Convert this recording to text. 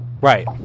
Right